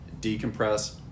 decompress